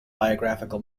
biographical